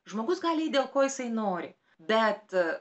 žmogus gali dėl ko jisai nori bet